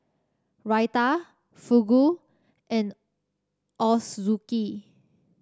Raita Fugu and Ochazuke